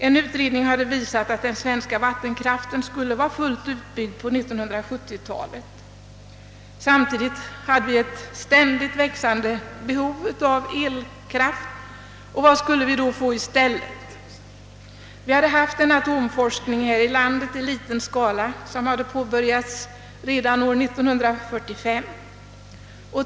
En utredning hade visat att den svenska vattenkraften skulle vara fullt utbyggd på 1970-talet. Samtidigt hade vi ett ständigt växande behov av elkraft. Vad skulle vi då sätta in i stället? Vi hade då i vårt land i liten skala bedrivit en forskning, som hade påbörjats redan 1945.